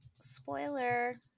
Spoiler